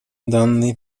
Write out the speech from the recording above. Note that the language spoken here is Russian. данный